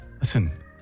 Listen